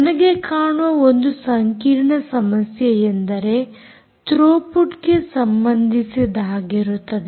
ನನಗೆ ಕಾಣುವ ಒಂದು ಸಂಕೀರ್ಣ ಸಮಸ್ಯೆಯೆಂದರೆ ಥ್ರೋಪುಟ್ ಗೆ ಸಂಬಂಧಿಸಿದ್ದಾಗಿರುತ್ತದೆ